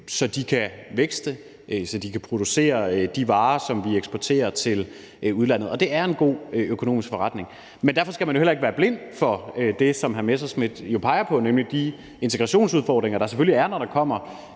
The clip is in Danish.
så de kan vækste, så de kan producere de varer, som vi eksporterer til udlandet. Det er en god økonomisk forretning. Men derfor skal man jo ikke være blind for det, som hr. Morten Messerschmidt peger på, nemlig de integrationsudfordringer, der selvfølgelig er, når der kommer